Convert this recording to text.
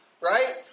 right